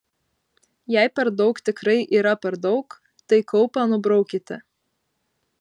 jei per daug tikrai yra per daug tai kaupą nubraukite